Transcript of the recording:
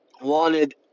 wanted